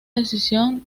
decisión